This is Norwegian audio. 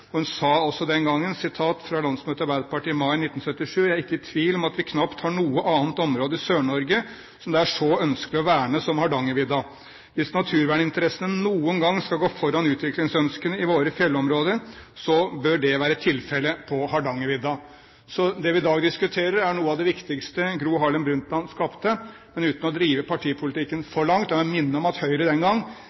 og hun sa også den gangen, på landsmøtet til Arbeiderpartiet i mai 1977: Jeg er ikke i tvil om at vi knapt har noe annet område i Sør-Norge som det er så ønskelig å verne som Hardangervidda. Hvis naturverninteressene noen gang skal gå foran utviklingsønskene i våre fjellområder, bør det være tilfellet på Hardangervidda. Så det vi i dag diskuterer, er noe av det viktigste Gro Harlem Brundtland skapte. Uten å drive partipolitikken for langt, kan jeg minne om at Høyre den gang